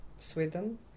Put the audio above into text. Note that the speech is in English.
Sweden